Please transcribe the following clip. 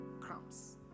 crumbs